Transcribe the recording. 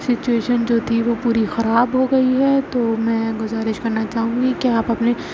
situation جو تھی وہ پوری خراب ہو گئی ہے تو میں گزارش کرنا چاہوں گی کہ آپ اپنے